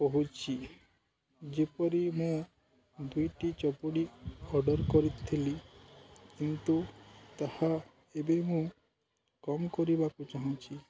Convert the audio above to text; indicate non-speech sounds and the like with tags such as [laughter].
କହୁଛିି ଯେପରି ମୁଁ ଦୁଇଟି [unintelligible] ଅର୍ଡ଼ର୍ କରିଥିଲି କିନ୍ତୁ ତାହା ଏବେ ମୁଁ କମ୍ କରିବାକୁ ଚାହୁଁଛିି